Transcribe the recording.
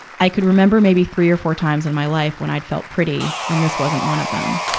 i could remember maybe three or four times in my life, when i'd felt pretty, and this wasn't one of them.